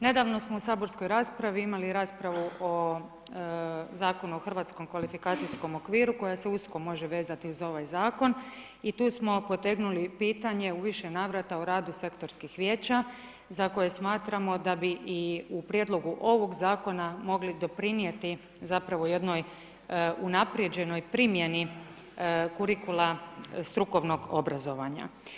Nedavno smo u saborskoj raspravi imali raspravu o Zakonu o Hrvatskom kvalifikacijskom okviru koja se usko može vezati uz ovaj zakon i tu smo potegnuli pitanje u više navrata o radu sektorskih vijeća za koje smatramo da bi i u prijedlogu ovog zakona mogli doprinijeti zapravo jednoj unaprjeđenoj primjeni kurikula strukovnog obrazovanja.